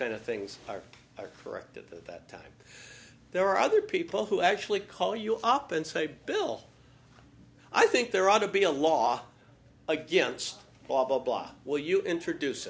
kind of things are corrected that time there are other people who actually call you up and say bill i think there ought to be a law against obama will you introduce